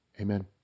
amen